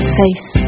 face